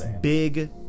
big